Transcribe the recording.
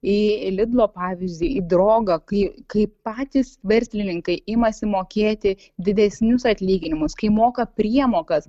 į lidlo pavyzdį į drogą kai kaip patys verslininkai imasi mokėti didesnius atlyginimus kai moka priemokas